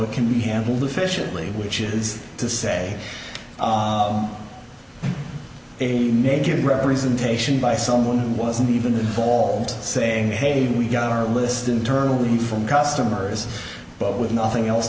it can be handled efficiently which is to say a major representation by someone who wasn't even involved saying hey we got our list internally from customers but with nothing else